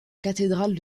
cathédrale